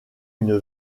une